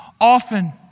often